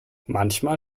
manchmal